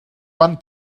van